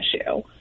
issue